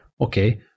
okay